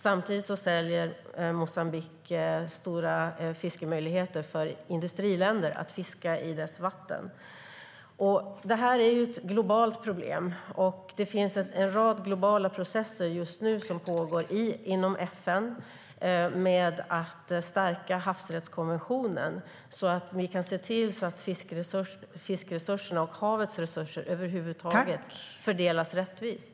Samtidigt säljer Moçambique rättigheter att fiska stora mängder fisk i deras vatten till industriländer. Detta är ett globalt problem. Det pågår just nu en rad globala processer inom FN för att stärka havsrättskonventionen, så att vi kan se till att fiskresurserna och havets resurser över huvud taget fördelas rättvist.